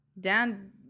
Dan